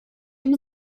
dem